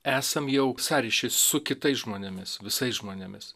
esam jau sąryšy su kitais žmonėmis visais žmonėmis